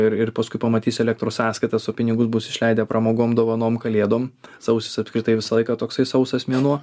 ir ir paskui pamatys elektros sąskaitas o pinigus bus išleidę pramogom dovanom kalėdom sausis apskritai visą laiką toksai sausas mėnuo